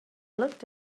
looked